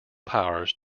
powers